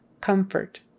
Comfort